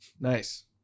Nice